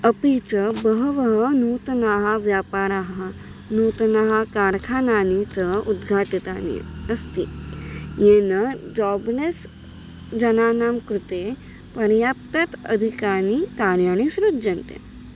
अपि च बहवः नूतनाः व्यापाराः नूतनाः कार्खानानि च उद्घाटितानि अस्ति येन जाब्नेस्जनानां कृते पर्याप्तम् अधिकानि कार्याणि सृज्यन्ते